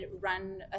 run